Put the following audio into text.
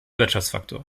wirtschaftsfaktor